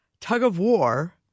tug-of-war